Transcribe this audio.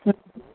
હમ